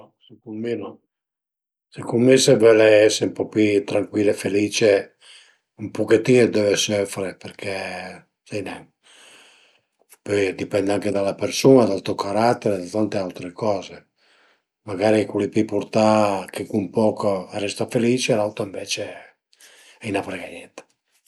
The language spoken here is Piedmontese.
No, secund mi no, secund mi se völe ese ën po pi trancuil e felice ën puchetin döve söfre perché sai nen, pöi a dipend anche da la persun-a, da to carater, da tante autre coze, magari cul li pi purtà che cun poch a resta felice e l'aut ënvece a i ën frega niente